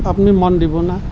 আপুনি মত দিবনে